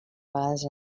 vegades